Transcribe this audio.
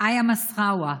איה מסארווה,